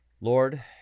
Lord